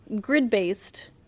grid-based